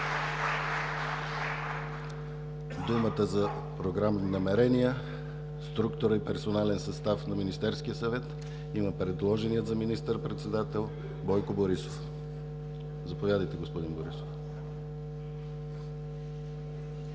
Думата за програмни намерения, структура и персонален състав на Министерския съвет има предложеният за министър-председател Бойко Борисов. Заповядайте, господин Борисов. БОЙКО